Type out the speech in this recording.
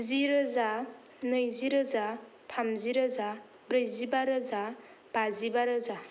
जि रोजा नैजि रोजा थामजि रोजा ब्रैजिबा रोजा बाजिबा रोजा